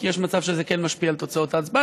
כי יש מצב שזה כן משפיע על תוצאות ההצבעה,